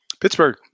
Pittsburgh